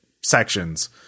sections